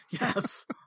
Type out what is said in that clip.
Yes